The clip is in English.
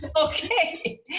Okay